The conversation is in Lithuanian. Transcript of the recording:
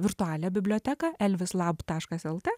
virtualią biblioteką elvis lab taškas lt